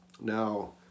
Now